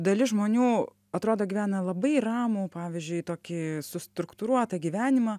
dalis žmonių atrodo gyvena labai ramų pavyzdžiui tokį struktūruotą gyvenimą